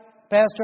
pastor